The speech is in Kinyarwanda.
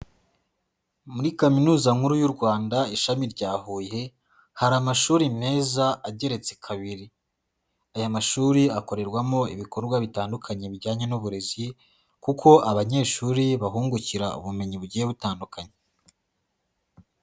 Muri kaminuza nkuru y'u Rwanda ishami rya Huye hari amashuri meza ageretse kabiri. Aya mashuri akorerwamo ibikorwa bitandukanye bijyanye n'uburezi, kuko abanyeshuri bahungukira ubumenyi bugiye butandukanye.